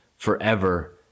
forever